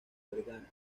vergara